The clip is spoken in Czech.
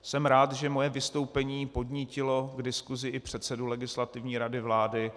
Jsem rád, že moje vystoupení podnítilo k diskusi i předsedu Legislativní rady vlády.